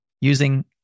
using